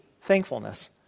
thankfulness